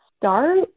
start